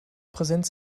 präsenz